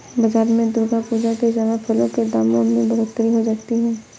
बाजार में दुर्गा पूजा के समय फलों के दामों में बढ़ोतरी हो जाती है